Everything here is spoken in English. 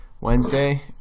Wednesday